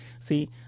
See